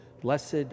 Blessed